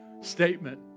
statement